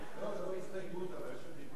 אני רשום לרשות דיבור.